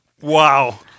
Wow